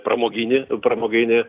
pramoginį pramoginį